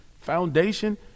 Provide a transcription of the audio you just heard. foundation